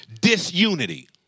disunity